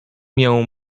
mię